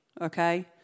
Okay